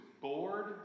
bored